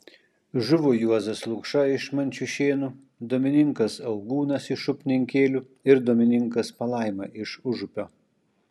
žuvo juozas lukša iš mančiušėnų domininkas augūnas iš upninkėlių ir domininkas palaima iš užupio